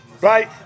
Right